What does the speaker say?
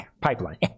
pipeline